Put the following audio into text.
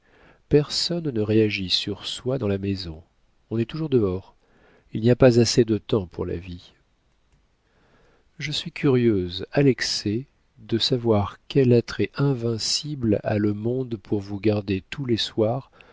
personne ne réagit sur soi dans la maison on est toujours dehors il n'y a pas assez de temps pour la vie je suis curieuse à l'excès de savoir quel attrait invincible a le monde pour vous garder tous les soirs